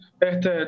Este